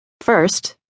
First